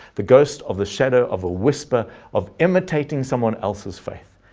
the ghost of the shadow of a whisper of imitating someone else's faith,